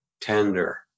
tender